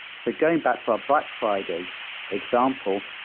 so going back to our black friday example,